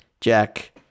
Jack